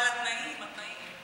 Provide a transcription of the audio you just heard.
אבל התנאים, התנאים.